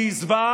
כי היא זוועה.